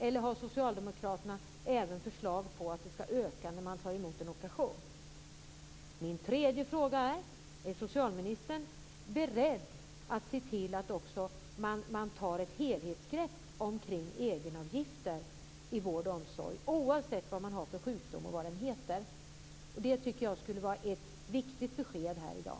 Eller har Socialdemokraterna även förslag om att kostnaderna skall öka när man blir opererad? Min tredje fråga är: Är socialministern beredd att se till att man också tar ett helhetsgrepp kring egenavgifter i vård och omsorg oavsett vilken sjukdom man har och vad den heter? Jag tycker att det skulle vara ett viktigt besked att få här i dag.